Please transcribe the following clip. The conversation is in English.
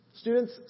students